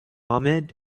ahmed